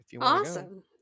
awesome